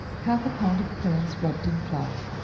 half a pound of currants rubbed in flour,